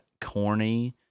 corny